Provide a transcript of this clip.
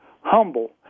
humble